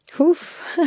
Oof